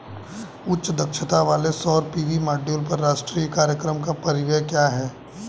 उच्च दक्षता वाले सौर पी.वी मॉड्यूल पर राष्ट्रीय कार्यक्रम का परिव्यय क्या है?